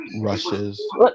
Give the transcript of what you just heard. rushes